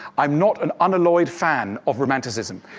i'm not an unalloyed fan of romanticism.